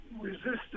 resistance